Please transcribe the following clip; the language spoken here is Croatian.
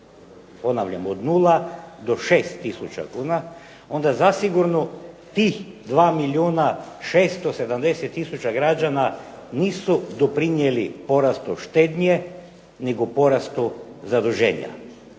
ponavljam od 0 do 6000 kuna, onda zasigurno tih 2 milijuna 670 tisuća građana nisu doprinijeli porastu štednje nego porastu zaduženja.